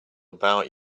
about